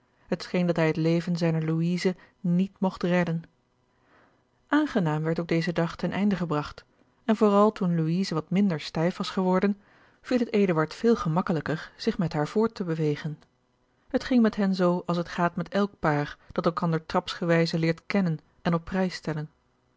scheen dat hij het leven zijner louise niet mogt redden aangenaam werd ook deze dag ten einde gebragt en vooral toen louise wat minder stijf was geworden viel het eduard veel gemakkelijker zich met haar voort te bewegen het ging met hen zoo als het gaat met elk paar dat elkander trapsgewijze leert kennen en op prijs stellen